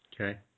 okay